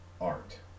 art